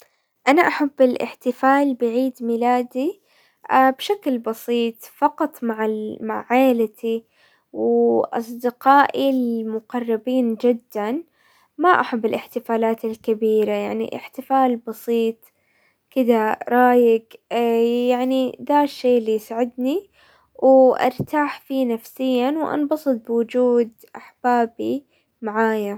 انا احب الاحتفال بعيد ميلادي بشكل بسيط فقط مع مع عيلتي واصدقائي المقربين جدا. ما احب الاحتفالات الكبيرة، يعني احتفال بسيط كذا رايق، يعني دا الشي اللي يسعدني وارتاح في نفسيا، وانبسط بوجود احبابي معايا.